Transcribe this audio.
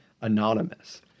Anonymous